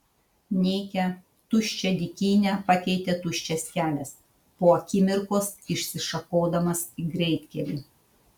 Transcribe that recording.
nykią tuščią dykynę pakeitė tuščias kelias po akimirkos išsišakodamas į greitkelį